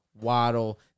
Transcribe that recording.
Waddle